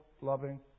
loving